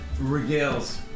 regales